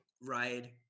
ride